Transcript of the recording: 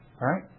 Right